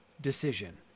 decision